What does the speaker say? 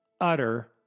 utter